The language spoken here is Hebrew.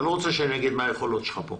אתה לא רוצה שאני אומר מה היכולות שלך.